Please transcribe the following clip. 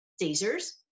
Caesar's